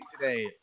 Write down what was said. today